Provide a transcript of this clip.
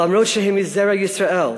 אף שהם מזרע ישראל?